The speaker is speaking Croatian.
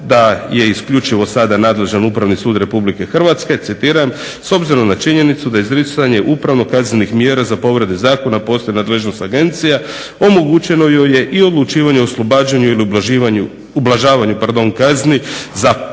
da je isključivo sada nadležan Upravni sud RH "S obzirom na činjenicu da izricanje upravno-kaznenih mjera za povredu Zakona postoji u nadležnosti agencija omogućeno joj je i odlučivanje o oslobađanju ili ublažavanju kazni za "pokajnike"